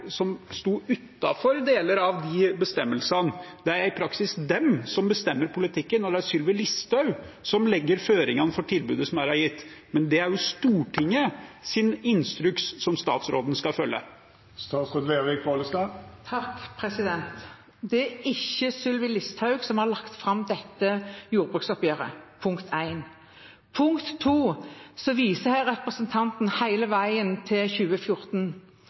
som sto utenfor deler av de bestemmelsene, i praksis er de som bestemmer politikken. Det er Sylvi Listhaug som legger føringene for tilbudet som her er gitt. Men det er Stortingets instruks statsråden skal følge. Punkt én: Det er ikke Sylvi Listhaug som har lagt fram dette jordbruksoppgjøret. Punkt to: Representanten viser her hele veien til 2014.